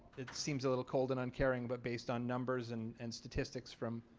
it seems a little cold and uncaring but based on numbers and and statistics from